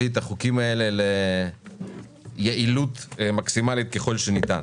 את החוקים האלה ליעילות מקסימלית ככל שניתן.